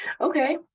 Okay